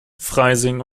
freising